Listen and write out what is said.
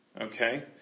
okay